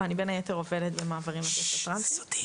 אבל אני בין היתר עובדת במעברים על הקשת הטרנסית.